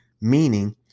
meaning